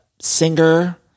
singer